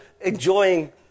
enjoying